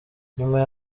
nyuma